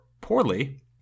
poorly